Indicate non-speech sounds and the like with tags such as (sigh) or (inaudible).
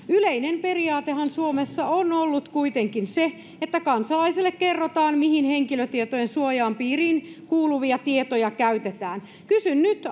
(unintelligible) yleinen periaatehan suomessa on ollut kuitenkin se että kansalaisille kerrotaan mihin henkilötietojen suojan piiriin kuuluvia tietoja käytetään kysyn nyt (unintelligible)